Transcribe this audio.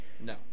No